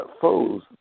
foes